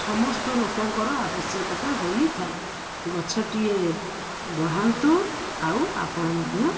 ସମସ୍ତ ଲୋକଙ୍କର ଆବଶ୍ୟକତା ହୋଇଥାଏ ଗଛଟିଏ ବଢ଼ାନ୍ତୁ ଆଉ ଆପଣ ମଧ୍ୟ